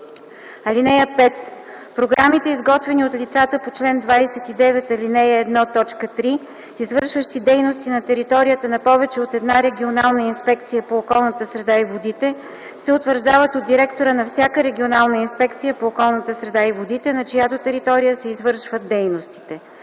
10: „(5) Програмите, изготвени от лицата по чл. 29, ал. 1, т. 3, извършващи дейности на територията на повече от една регионална инспекция по околната среда и водите, се утвърждават от директора на всяка регионална инспекция по околната среда и водите, на чиято територия се извършват дейностите.